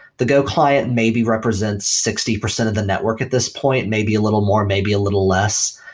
the go client maybe represents sixty percent of the network at this point, maybe a little more, maybe a little less.